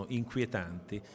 inquietanti